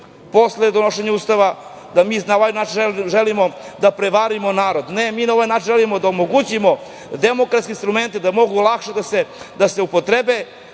posle donošenja Ustava, da mi na ovaj način želimo da prevarimo narod, ne, mi na ovaj način želimo da omogućimo demokratske instrumente da mogu lakše da se upotrebe